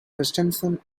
christensen